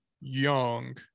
young